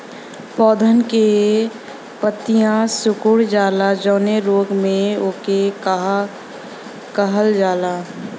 पौधन के पतयी सीकुड़ जाला जवने रोग में वोके का कहल जाला?